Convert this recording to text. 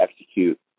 execute